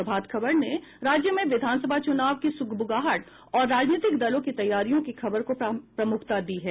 प्रभात खबर ने राज्य में विधानसभा चुनाव की सुगबुगाहट और राजनीतिक दलों के तैयारियों की खबर को प्रमुखता दी है